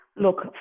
Look